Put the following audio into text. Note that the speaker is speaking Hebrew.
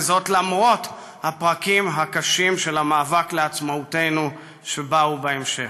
וזאת למרות הפרקים הקשים של המאבק לעצמאותנו שבאו בהמשך.